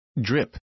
drip